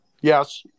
Yes